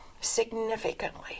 significantly